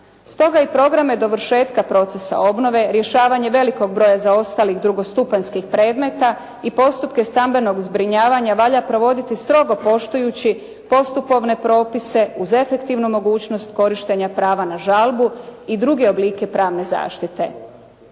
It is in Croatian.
Stoga je i programe dovršetka procesa obnove rješavanje velikog broja zaostalih drugostupanjskih predmeta i postupke stambenog zbrinjavanja valja provoditi strogo poštujući postupovne propise uz efektivnu mogućnost korištenja prava na žalbu i druge oblike pravne zašite.